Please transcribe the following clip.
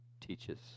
teaches